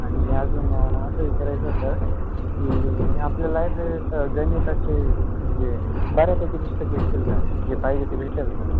आणि अजून असं विचारायचं होतं की आपल्या लायब्ररीत गणिताचे म्हणजे बऱ्यापैकी पुस्तकं भेटतील का जे पाहिजे ते भेटेल का